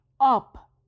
up